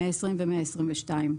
120 ו-122".